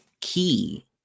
Key